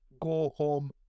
go-home